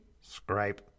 scrape